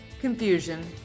confusion